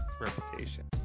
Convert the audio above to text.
reputation